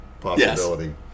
possibility